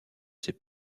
ses